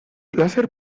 láser